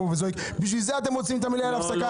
וזועק האם בגלל זה אתם מוציאים את המליאה להפסקה.